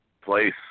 place